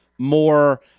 More